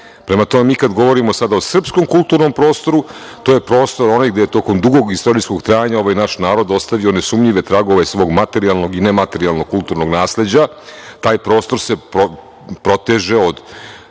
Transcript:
tome, kada govorimo sada o srpskom kulturnom prostoru, to je prostor onih gde je tokom dugog istorijskog trajanja ovaj naš narod ostavljao nesumnjive tragove svog materijalnog i nematerijalnog kulturnog nasleđa. Taj prostor se proteže od